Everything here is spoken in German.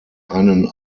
einen